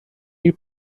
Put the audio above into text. gick